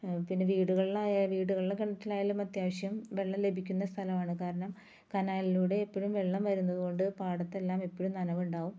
പിന്നെ വീടുകളിലായാൽ വീടുകളിലെ കിണറ്റിലായാലും അത്യാവശ്യം വെള്ളം ലഭിക്കുന്ന സ്ഥലമാണ് കാരണം കനാലിലൂടെ എപ്പോഴും വെള്ളം വരുന്നതുകൊണ്ട് പാടത്തെല്ലാം എപ്പോഴും നനവുണ്ടാവും